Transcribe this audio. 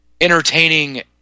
entertaining